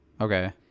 Okay